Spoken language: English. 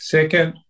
Second